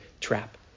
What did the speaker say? trap